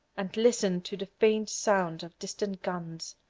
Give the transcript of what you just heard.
and listened to the faint sounds of distant guns,